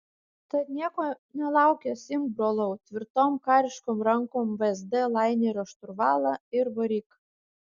tad nieko nelaukęs imk brolau tvirtom kariškom rankom vsd lainerio šturvalą ir varyk